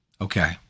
Okay